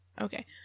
Okay